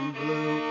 blue